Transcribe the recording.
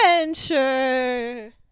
adventure